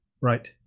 right